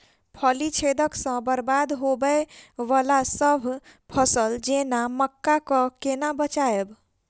फली छेदक सँ बरबाद होबय वलासभ फसल जेना मक्का कऽ केना बचयब?